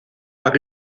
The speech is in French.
par